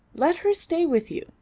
let her stay with you.